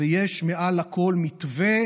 ויש מעל הכול מתווה